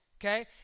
okay